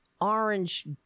orange